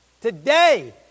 Today